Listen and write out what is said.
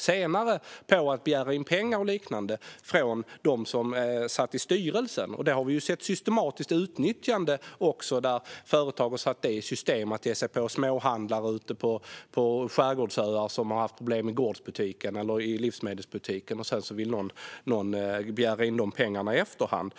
senare och begära in pengar från dem som satt i styrelsen. Vi har sett ett systematiskt utnyttjande där företag har satt i system att ge sig på småhandlare ute på skärgårdsöar som har haft problem i gårdsbutiken eller livsmedelsbutiken och där man sedan vill begära in pengarna i efterhand.